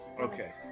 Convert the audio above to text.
Okay